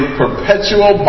perpetual